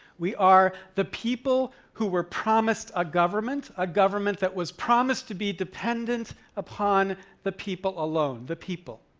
we are the people who were promised a government, a government that was promised to be dependent upon the people alone, the people,